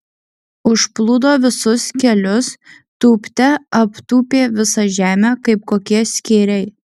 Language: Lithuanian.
užplūdo visus kelius tūpte aptūpė visą žemę kaip kokie skėriai